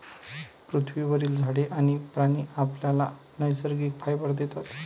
पृथ्वीवरील झाडे आणि प्राणी आपल्याला नैसर्गिक फायबर देतात